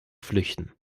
flüchten